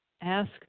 ask